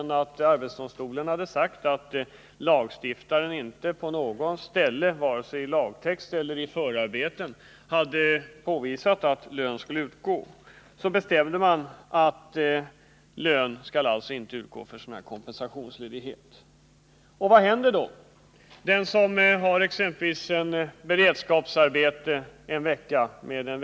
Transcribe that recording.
Men sedan arbetsdomstolen sagt att lagstiftaren inte på något ställe, varken i lagtext eller i förarbeten, hade uttalat att lön skulle utgå, bestämde man att lön alltså inte skulle utgå för sådan kompensationsledighet. Men vad händer då med den person som exempelvis har beredskapsarbete under en vecka inkl.